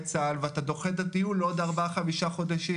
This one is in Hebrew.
צה"ל ואתה דוחה את הדיון לעוד ארבעה-חמישה חודשים?